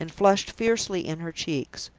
and flushed fiercely in her cheeks.